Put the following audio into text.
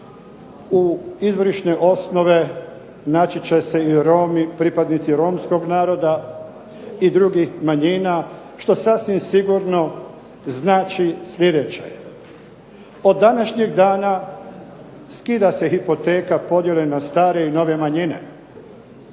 u izvorišne osnove naći će se i Romi, pripadnici romskog naroda i drugih manjina što sasvim sigurno znači sljedeće. Od današnjeg dana skida se hipoteka podjele na stare i nove manjine.